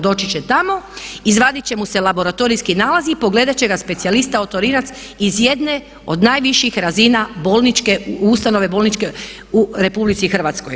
Doći će tamo, izvaditi će mu se laboratorijski nalazi i pogledati će ga specijalista otorinac iz jedne od najviših razina bolničke, ustanove bolničke u RH.